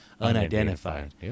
unidentified